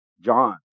John